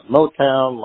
Motown